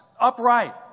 upright